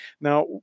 Now